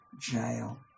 jail